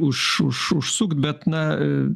už už užsukt bet na